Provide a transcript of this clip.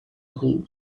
who